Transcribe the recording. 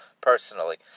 personally